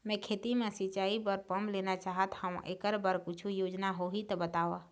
मैं खेती म सिचाई बर पंप लेना चाहत हाव, एकर बर कुछू योजना होही त बताव?